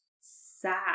sad